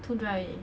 too dry